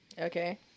Okay